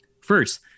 First